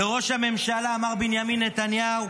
לראש הממשלה מר בנימין נתניהו,